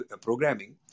programming